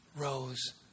rose